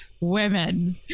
women